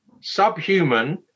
subhuman